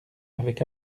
avec